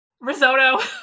Risotto